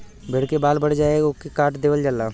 भेड़ के बाल बढ़ जाये पे ओके काट देवल जाला